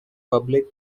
public